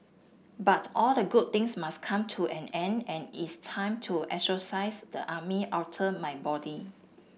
but all the good things must come to an end and it's time to exorcise the army outta my body